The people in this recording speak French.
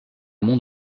mont